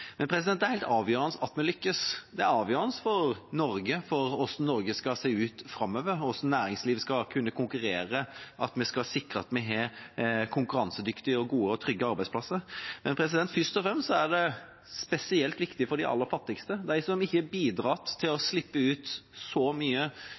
Men det er helt avgjørende at vi lykkes. Det er avgjørende for Norge, for hvordan Norge skal se ut framover, for hvordan næringslivet skal kunne konkurrere, for at vi skal sikre at vi har konkurransedyktige og gode og trygge arbeidsplasser. Men først og fremst er det spesielt viktig for de aller fattigste, de som ikke har bidratt til å